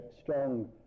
strong